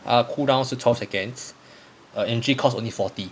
err 他 cool down 是 twelve seconds err energy cost only forty